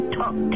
talk